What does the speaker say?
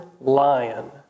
lion